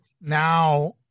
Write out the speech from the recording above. now